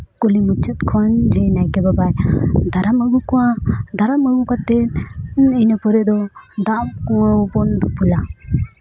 ᱠᱩᱞᱦᱤ ᱢᱩᱪᱟᱹᱫ ᱠᱷᱚᱱ ᱡᱮ ᱱᱟᱭᱠᱮ ᱵᱟᱵᱟᱭ ᱫᱟᱨᱟᱢ ᱟᱹᱜᱩ ᱠᱚᱣᱟ ᱫᱟᱨᱟᱢ ᱟᱹᱜᱩ ᱠᱟᱛᱮᱫ ᱤᱧᱫᱚ ᱤᱱᱟᱹ ᱯᱚᱨᱮ ᱫᱚ ᱫᱟᱜ ᱠᱚᱵᱚᱱ ᱫᱩᱯᱩᱞᱟ